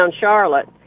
Charlotte